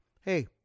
hey